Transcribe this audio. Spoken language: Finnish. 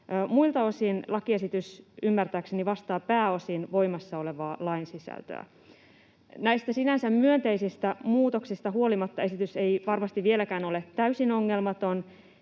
Muilta osin lakiesitys ymmärtääkseni vastaa pääosin voimassa olevan lain sisältöä. Näistä sinänsä myönteisistä muutoksista huolimatta esitys ei varmasti vieläkään ole täysin ongelmaton.